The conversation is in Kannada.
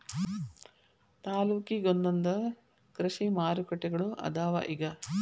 ತಾಲ್ಲೂಕಿಗೊಂದೊಂದ ಕೃಷಿ ಮಾರುಕಟ್ಟೆಗಳು ಅದಾವ ಇಗ